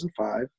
2005